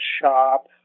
shop